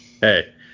Hey